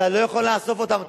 אתה לא יכול לאסוף אותם,